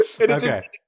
Okay